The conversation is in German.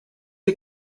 ihr